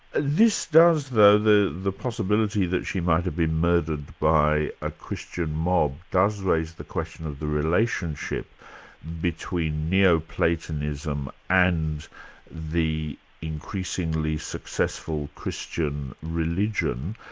this does though, the the possibility that she might have been murdered by a christian mob, does raise question of the relationship between neo-platonism and the increasingly successful christian religion.